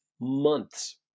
months